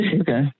Okay